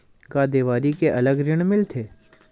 का देवारी के अलग ऋण मिलथे?